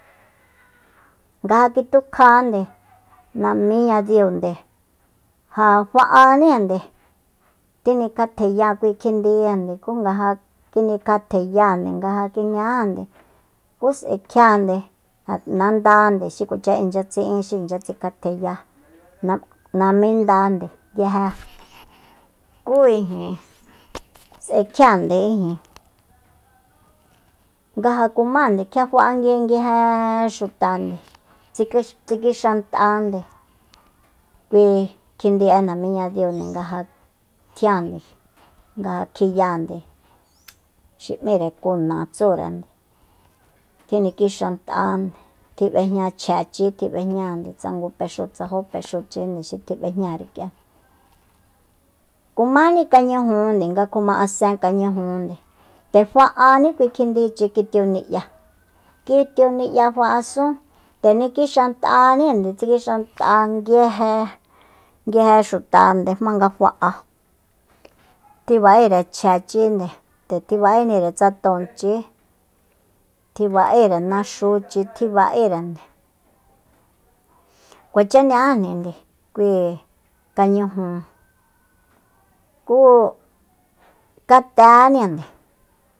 Nga ja kitukjajande namíñadiunde ja fa'aníjande tjinikjatjeya kui kjindijande ku nga ja tjinikjatjeyande nga ja kiña'ande ku s'ae kjiande nandánde xi kuacha inchya tsi'in xi inchya tsikjateya na- namindande nguije ku ijin s'kjiánde ngaja kumande kjia fa'a nguijenguije nguije xutande tsiki- tsikinxant'ande kui kjindi'e namiñadiunde nga ja tjiande nga ja kjiyande xi m'íre kuna tsúrende tjinikixant'ande tjib'ejña chjechi tjib'ejña tsa ngu pexúu tsa jó pexuchi xi tjib'ejñare k'ia kumáni kañujunde nga kjuma'asen kañujunde nde fa'aní kui kjindichi kitiuni'ya kitiu niya fa'asun ndenikixantaninde tsikixant'a nguije- nguije xuta jmanga fa'a tjiba'ere chjechinde nde tjiba'énire tsa tóonchí tjiba'ére naxúchi tjiba'érende kuacha ña'ajninde kui kañuju ku kateníjande